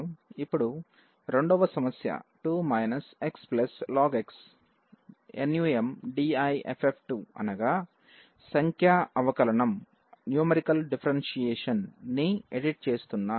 ఇప్పుడు రెండవ సమస్య 2 x ln x numDiff2 అనగా సంఖ్యా అవకలన ని ఎడిట్ చేస్తున్నా